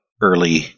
early